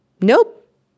Nope